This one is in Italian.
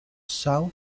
são